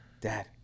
Dad